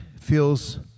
feels